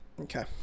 okay